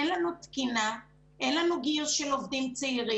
אין לנו תקינה, אין לנו גיוס של עובדים צעירים.